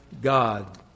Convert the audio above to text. God